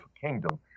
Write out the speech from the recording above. kingdom